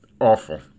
awful